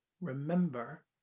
remember